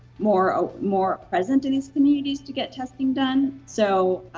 more ah more present in these communities to get testing done. so